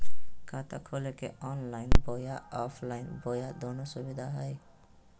खाता खोले के ऑनलाइन बोया ऑफलाइन बोया दोनो सुविधा है?